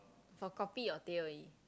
for kopi or teh only